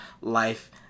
life